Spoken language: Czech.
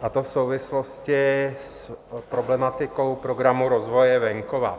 a to v souvislosti s problematikou Programu rozvoje venkova.